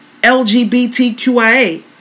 LGBTQIA